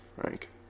Frank